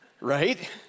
right